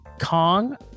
Kong